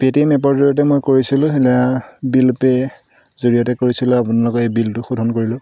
Paytm এপৰ জৰিয়তে মই কৰিছিলোঁ এতিয়া বিল পে' জৰিয়তে কৰিছিলোঁ আপোনালোকৰ এই বিলটো শোধন কৰিলোঁ